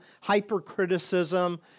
hypercriticism